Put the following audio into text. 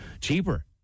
Cheaper